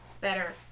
better